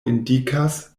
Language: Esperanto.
indikas